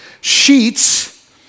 sheets